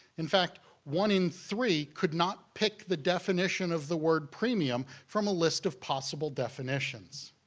in fact, one in three could not pick the definition of the word premium from a list of possible definitions.